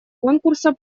конкурса